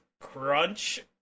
crunch